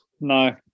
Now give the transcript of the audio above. No